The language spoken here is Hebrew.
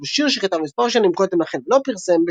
שיר שכתב מספר שנים קודם לכן ולא פרסם,